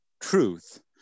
truth